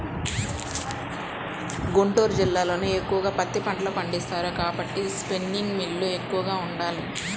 గుంటూరు జిల్లాలోనే ఎక్కువగా పత్తి పంట పండిస్తారు కాబట్టి స్పిన్నింగ్ మిల్లులు ఎక్కువగా ఉండాలి